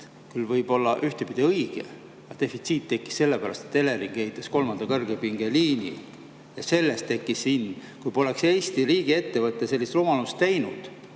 küll olla ühtpidi õige, aga defitsiit tekkis sellepärast, et Elering ehitas kolmanda kõrgepingeliini. Sellest tekkis see hind. Kui poleks Eesti riigiettevõte sellist rumalust teinud,